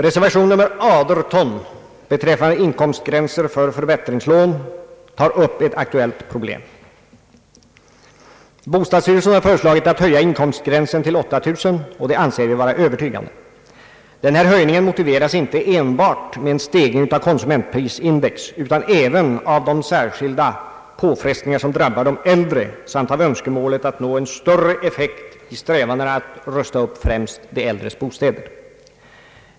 Reservation nr 18 beträffande inkomstgränser för förbättringslån tar upp ett aktuellt problem. Bostadsstyrelsen har föreslagit att inkomstgränsen höjs till 8 000 kronor, och motiven härför finner vi övertygande. Höjningen motiveras inte enbart med en stegring av konsumentprisindex utan även av de särskilda påfrestningar som drabbar de äldre samt av önskemålet att nå en större effekt i strävandena att rusta upp främst de äldres bostäder.